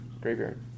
graveyard